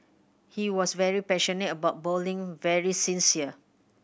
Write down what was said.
he was very passionate about bowling very sincere